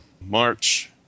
March